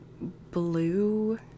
blue